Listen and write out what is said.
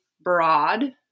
broad